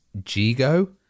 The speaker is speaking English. Jigo